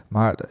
Maar